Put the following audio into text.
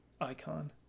icon